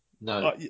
No